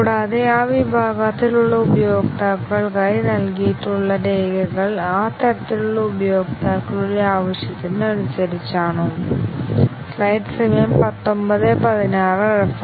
കൂടാതെ ആ വിഭാഗത്തിലുള്ള ഉപയോക്താക്കൾക്കായി നൽകിയിട്ടുള്ള രേഖകൾ ആ തരത്തിലുള്ള ഉപയോക്താക്കളുടെ ആവശ്യത്തിന് അനുസരിച്ചാണോ